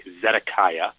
Zedekiah